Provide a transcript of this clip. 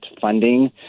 funding